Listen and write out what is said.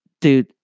Dude